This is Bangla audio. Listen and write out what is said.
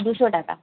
দুশো টাকা